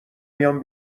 میام